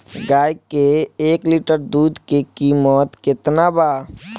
गाय के एक लीटर दूध के कीमत केतना बा?